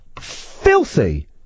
filthy